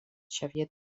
xavier